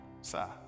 sir